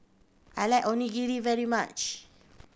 I like Onigiri very much